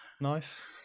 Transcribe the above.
Nice